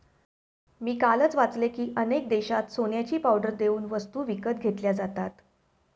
मी कालच वाचले की, अनेक देशांत सोन्याची पावडर देऊन वस्तू विकत घेतल्या जातात